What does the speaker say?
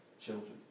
children